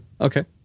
Okay